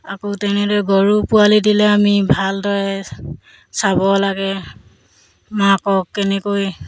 আকৌ তেনেদৰে গৰু পোৱালি দিলে আমি ভালদৰে চাব লাগে মাকক কেনেকৈ